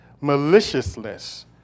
maliciousness